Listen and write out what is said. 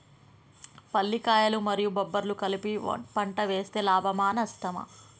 పల్లికాయలు మరియు బబ్బర్లు కలిపి పంట వేస్తే లాభమా? నష్టమా?